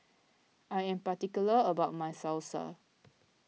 I am particular about my Salsa